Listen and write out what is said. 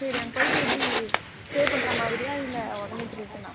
சரி அங்கே போயிட்டு எப்படி ஸ்டே பண்ணுற மாதிரியா இல்லை உடனே ரிட்டனா